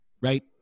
right